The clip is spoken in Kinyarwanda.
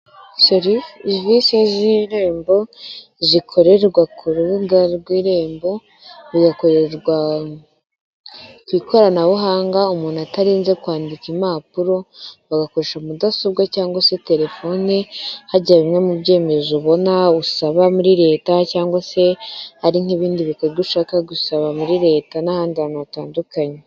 Serivisi z'irembo zikorerwa ku rubuga rw'irembo bigakorerwa ku ikoranabuhanga umuntu atarinze kwandika impapuro, bagakoresha mudasobwa cyangwa se telefoni hajya bimwe mu byemezo ubona usaba muri leta cyangwa se ari nk'ibindi bikorwa ushaka gusaba muri leta n'ahandi hantu hatandukanye,